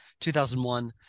2001